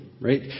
right